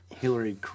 Hillary